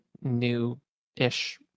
new-ish